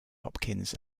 hopkins